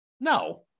No